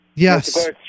Yes